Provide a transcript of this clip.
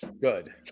Good